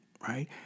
right